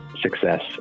success